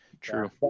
True